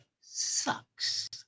sucks